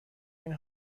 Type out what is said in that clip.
این